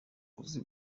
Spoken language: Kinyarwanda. uzi